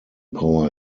power